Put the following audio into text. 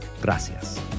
Gracias